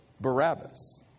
Barabbas